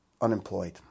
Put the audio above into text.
unemployed